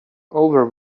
over